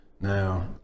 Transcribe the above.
Now